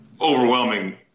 overwhelming